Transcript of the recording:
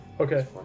Okay